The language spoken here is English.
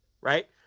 Right